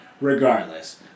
regardless